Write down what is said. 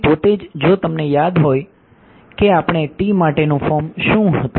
તેથી ત્યાં એક છે આ ટર્મ શું હતું